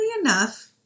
enough